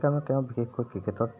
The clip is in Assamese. সেইকাৰণে তেওঁ বিশেষকৈ ক্ৰিকেটত